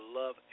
love